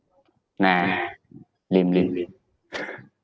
nah lame lame